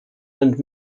and